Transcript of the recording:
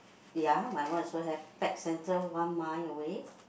ya my one also have fax center one mile away